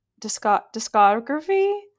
discography